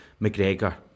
McGregor